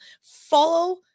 Follow